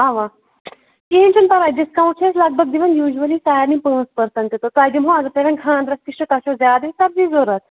اَوا کِہیٖنۍ چھُنہٕ پرواے ڈِسکاوُنٛٹ چھِ أسۍ لگ بگ دِان یوٗجؤلی سارنٕے پٲنٛژھ پٔرسنٛٹ تہٕ تۄہہِ دِمہو اگر تۄہہِ وۄنۍ کھانٛدرَس کیُتھ چھِ تۄہہِ چھو زیادَے سبزی ضوٚرَتھ